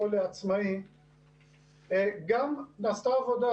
נעשתה עבודה,